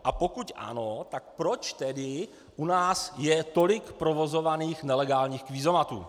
A pokud ano, tak proč tedy u nás je tolik provozovaných nelegálních kvízomatů.